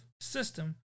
system